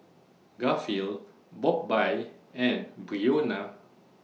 Garfield Bobbye and Breonna